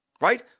right